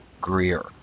Greer